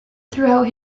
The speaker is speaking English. throughout